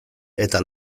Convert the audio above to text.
eta